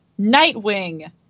Nightwing